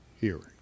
hearing